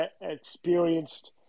experienced